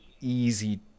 easy